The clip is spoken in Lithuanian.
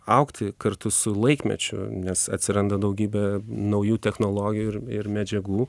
augti kartu su laikmečiu nes atsiranda daugybė naujų technologijų ir ir medžiagų